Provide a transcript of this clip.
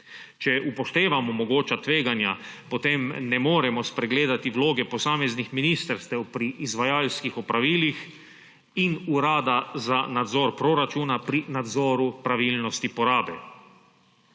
Če upoštevamo mogoča tveganja, potem ne moremo spregledati vloge posameznih ministrstev pri izvajalskih opravilih in Urada za nadzor proračuna pri nadzoru pravilnosti porabe.